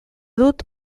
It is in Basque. dut